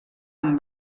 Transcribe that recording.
amb